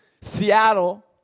Seattle